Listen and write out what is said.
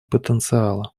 потенциала